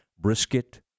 brisket